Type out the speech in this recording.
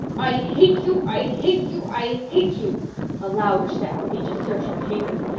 i hate you i hate you i hate you a louder stamp with each assertion of hatred.